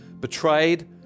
betrayed